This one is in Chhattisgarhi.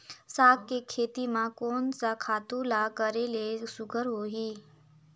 साग के खेती म कोन स खातु ल करेले सुघ्घर होही?